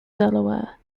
delaware